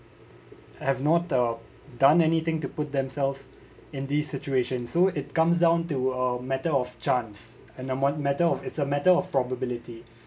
have not uh done anything to put themselves in this situation so it comes down to a matter of chance and a matter of it's a matter of probability